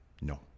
No